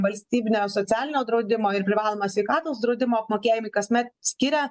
valstybinio socialinio draudimo ir privalomojo sveikatos draudimo apmokėjimui kasmet skiria